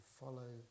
follow